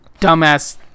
dumbass